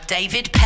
David